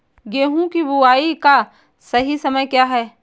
गेहूँ की बुआई का सही समय क्या है?